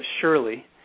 surely